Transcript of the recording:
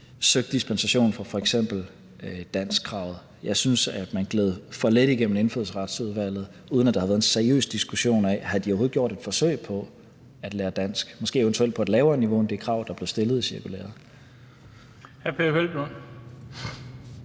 søgt dispensation for f.eks. danskkravet. Jeg synes, at de gled for let igennem Indfødsretsudvalget, uden at der havde været en seriøs diskussion af, om de overhovedet havde gjort et forsøg på at lære dansk, måske eventuelt på et lavere niveau end det krav, der blev stillet i cirkulæret.